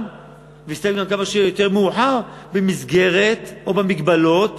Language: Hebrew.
ויסתיים גם כמה שיותר מאוחר במסגרת או במגבלות